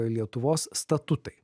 lietuvos statutai